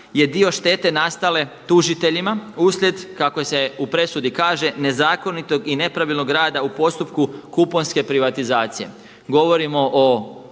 je dio štete nastale tužiteljima uslijed kako se u presudi kaže nezakonitog i nepravilnog rada u postupku kuponske privatizacije. Govorimo o